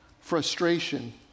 frustration